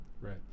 Right